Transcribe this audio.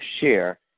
share